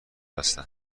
هستن